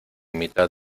mitad